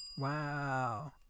Wow